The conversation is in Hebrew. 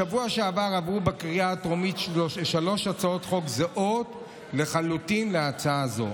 בשבוע שעבר עברו בקריאה הטרומית שלוש הצעות חוק זהות לחלוטין להצעה זו.